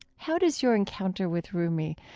how does your encounter with rumi,